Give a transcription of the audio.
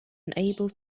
unable